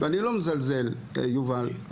אני לא מזלזל, יובל.